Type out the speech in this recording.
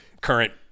current